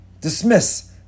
dismiss